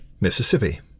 Mississippi